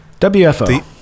WFO